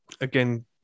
Again